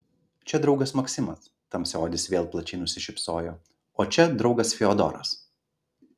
čia draugas maksimas tamsiaodis vėl plačiai nusišypsojo o čia draugas fiodoras